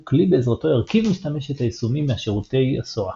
כלי בעזרתו ירכיב משתמש את היישומים מהשירותי ה-SOA.